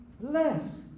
less